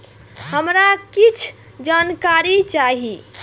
हमरा कीछ जानकारी चाही